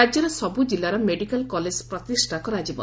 ରାଜ୍ୟର ସବୁ ଜିଲ୍ଲାର ମେଡିକାଲ୍ କଲେଜ ପ୍ରତିଷ୍ଠା କରାଯିବ